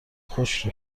خشک